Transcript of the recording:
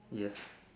yes